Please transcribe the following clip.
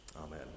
Amen